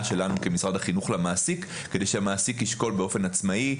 שלנו כמשרד החינוך למעסיק כדי שהמעסיק ישקול באופן עצמאי,